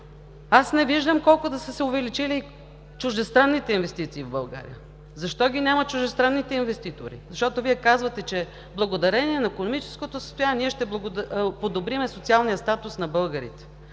аз не виждам – колко да са се увеличили чуждестранните инвестиции в България? Защо ги няма чуждестранните инвеститори? Защото Вие казвате, че благодарение на икономическото състояние, ние ще подобрим социалния статус на българите.